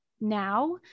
now